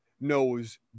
knows